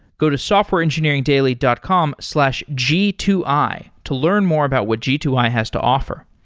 go to softwareengineeringdaily dot com slash g two i to learn more about what g two i has to offer.